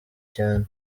cyane